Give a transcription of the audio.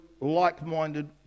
like-minded